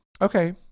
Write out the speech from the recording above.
okay